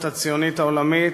ההסתדרות הציונית העולמית,